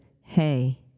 hey